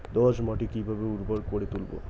দোয়াস মাটি কিভাবে উর্বর করে তুলবো?